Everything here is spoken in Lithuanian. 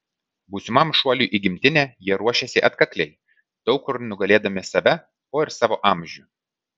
būsimam šuoliui į gimtinę jie ruošėsi atkakliai daug kur nugalėdami save o ir savo amžių